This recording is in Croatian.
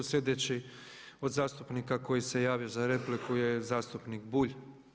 Sljedeći od zastupnika koji se javio za repliku je zastupnik Bulj.